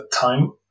time